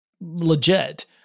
legit